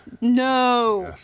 No